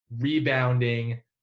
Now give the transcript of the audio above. rebounding